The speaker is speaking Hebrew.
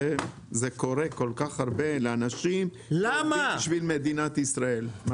זה קורה כל כך הרבה לאנשים שעובדים בשביל מדינת ישראל.